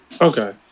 Okay